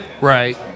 Right